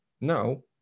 now